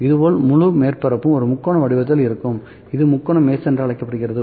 இதேபோல் முழு மேற்பரப்பும் ஒரு முக்கோண வடிவத்தில் இருக்கும் இது முக்கோண மெஷ் என்று அழைக்கப்படுகிறது